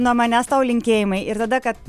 nuo manęs tau linkėjimai ir tada kad